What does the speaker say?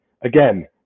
again